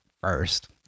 first